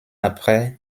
après